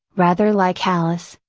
rather like alice,